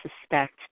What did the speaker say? suspect